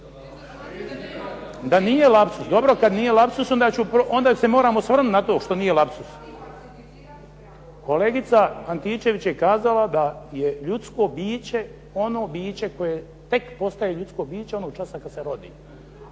DA nije lapsus, dobro kada nije lapsus, onda se moram osvrnuti na to što nije lapsus. Kolegica Antičević je kazala da je ljudsko biće ono biće koje tek postaje ljudsko biće onog časa kada se rodi.